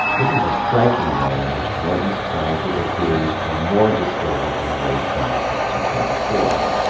this is a striking way in which morton's scientific theories were more distorted than the race scientists who came before him.